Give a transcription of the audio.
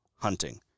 hunting